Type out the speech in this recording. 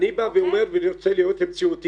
אני בא ואומר, ואני רוצה להיות מציאותי,